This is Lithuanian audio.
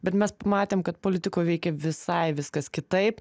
bet mes matėm kad politikoj veikė visai viskas kitaip